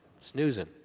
Snoozing